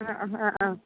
ആ ഹാ ഹാ